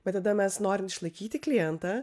bet tada mes norim išlaikyti klientą